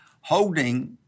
holding